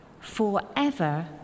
forever